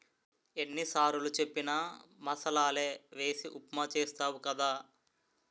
ఎన్ని సారులు చెప్పిన మసాలలే వేసి ఉప్మా చేస్తావు కదా